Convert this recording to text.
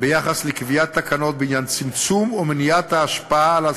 ביחס לקביעת תקנות בעניין צמצום או מניעת ההשפעה על הסביבה,